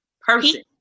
person